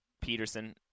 Peterson